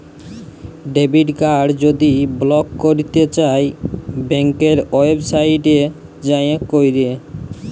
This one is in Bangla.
ডেবিট কাড় যদি ব্লক ক্যইরতে চাই ব্যাংকের ওয়েবসাইটে যাঁয়ে ক্যরে